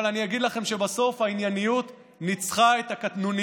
אבל אני אגיד לכם שבסוף הענייניות ניצחה את הקטנוניות.